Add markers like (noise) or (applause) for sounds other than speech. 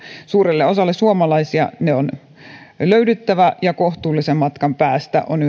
suurelle osalle suomalaisia ne on löydyttävä ja kohtuullisen matkan päästä on (unintelligible)